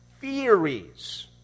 theories